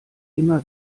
immer